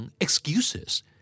Excuses